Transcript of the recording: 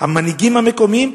המנהיגים המקומיים,